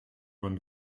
man